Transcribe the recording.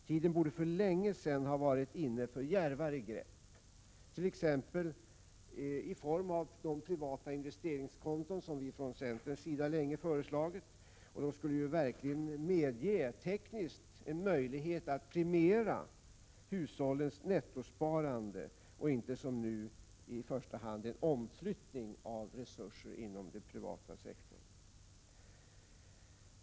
Tiden borde för länge sedan ha varit inne för djärvare grepp, t.ex. i form av de privata investeringskonton som vi från centerns sida länge föreslagit. De skulle verkligen medge en teknisk möjlighet att premiera hushållens nettosparande och inte som nu i första hand en omflyttning av resurserna inom den privata sektorn.